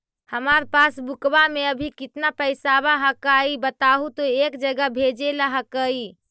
हमार पासबुकवा में अभी कितना पैसावा हक्काई बताहु तो एक जगह भेजेला हक्कई?